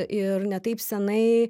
ir ne taip senai